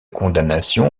condamnation